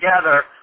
together